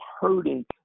hurting